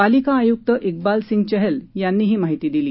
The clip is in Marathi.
पालिका आयुक्त इकबाल सिंग चहल यांनी ही माहिती दिली